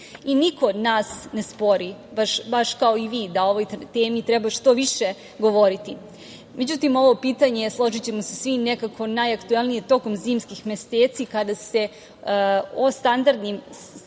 i niko od nas ne spori, baš kao i vi, da o ovoj temi treba što više govoriti, međutim, ovo pitanje, složićemo se svi, nekako je najaktuelnije tokom zimskih meseci kada se o standardnim zagađivačima